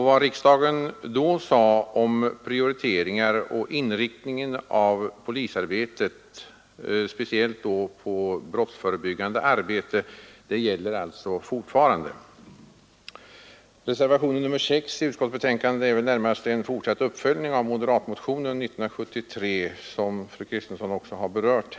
Vad riksdagen då sade om prioriteringar och om inriktningen av polisarbetet speciellt på brottsförebyggande åtgärder gäller fortfarande. Reservationen 6 till utskottsbetänkandet är väl närmast en uppföljning av moderatmotionen från 1973, som fru Kristensson också har berört.